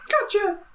Gotcha